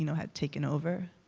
you know had taken over.